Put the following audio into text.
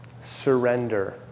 Surrender